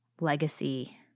legacy